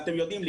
אנחנו